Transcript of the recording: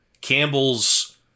Campbell's